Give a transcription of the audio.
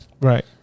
Right